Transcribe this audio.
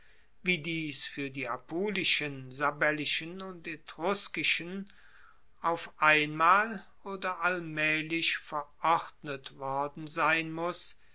wie dies fuer die apulischen sabellischen und etruskischen auf einmal oder allmaehlich verordnet worden sein muss